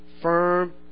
firm